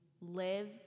live